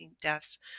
deaths